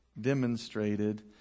demonstrated